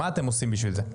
מה אתם עושים בשביל זה?